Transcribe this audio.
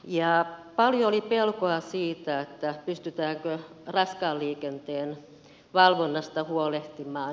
paljon oli pelkoa siitä pystytäänkö raskaan liikenteen valvonnasta huolehtimaan